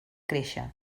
créixer